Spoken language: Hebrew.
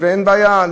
ואין בעיה,